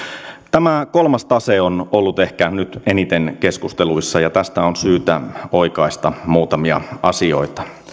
tämä kolmas tase on ollut ehkä nyt eniten keskusteluissa ja tästä on syytä oikaista muutamia asioita